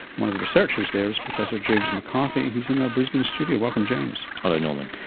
one of the researchers there is professor james mccarthy who's in our brisbane studio. welcome james. hello norman.